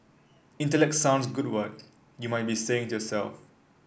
intellect sounds good what you might be saying to yourself